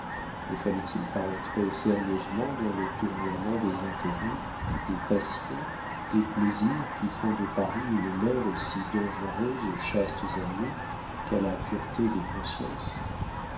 ne fallait-il pas entrer sérieusement dans le tournoiement des intérêts des passions des plaisirs qui font de paris une mer aussi dangereuse aux chastes amours qu'à la pureté des consciences